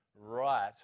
right